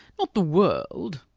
not the world.